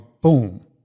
boom